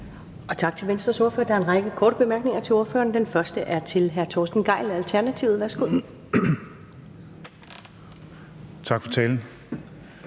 Tak til Venstres ordfører. Der er en række korte bemærkninger til ordføreren, og den første er fra hr. Torsten Gejl, Alternativet. Værsgo. Kl.